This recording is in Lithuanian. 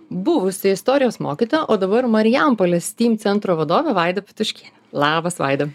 buvusi istorijos mokytoja o dabar marijampolės steam centro vadovė vaida pituškienė labas vaida